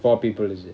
four people is it